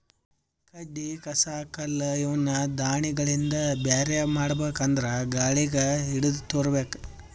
ಕಡ್ಡಿ ಕಸ ಕಲ್ಲ್ ಇವನ್ನ ದಾಣಿಗಳಿಂದ ಬ್ಯಾರೆ ಮಾಡ್ಬೇಕ್ ಅಂದ್ರ ಗಾಳಿಗ್ ಹಿಡದು ತೂರಬೇಕು